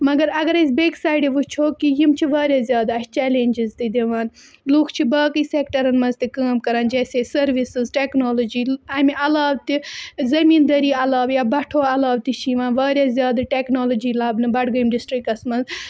مگر اگر أسۍ بیٚکہِ سایڈٕ وٕچھو کہِ یِم چھِ واریاہ زیادٕ اَسہِ چَلینٛجِز تہِ دِوان لُکھ چھِ باقٕے سٮ۪کٹَرَن منٛز تہِ کٲم کَران جیسے سٔرِوسٕز ٹٮ۪کنالجی اَمہِ علاوٕ تہِ زٔمیٖندٲری علاوٕ یا بَٹھو علاوٕ تہِ چھِ یِوان واریاہ زیادٕ ٹٮ۪کنالجی لَبنہٕ بَڈگٲمۍ ڈِسٹِرٛکَس منٛز